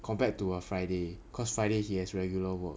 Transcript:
compared to a friday because friday he has regular work